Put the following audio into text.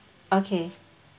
okay